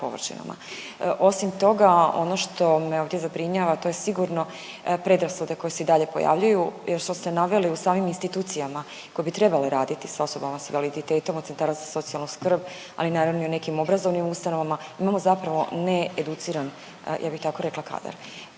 Osim toga ono što me ovdje zabrinjava to je sigurno predrasude koje se i dalje pojavljuju jer što ste naveli, u samim institucijama koje bi trebale raditi s osobama s invaliditetom od centara za socijalnu skrb, ali naravno i u nekim obrazovnim ustanovama imamo zapravo needuciran ja bih tako rekla kadar.